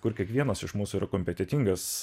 kur kiekvienas iš mūsų yra kompetentingas